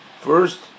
first